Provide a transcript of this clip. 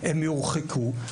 הם יורחקו.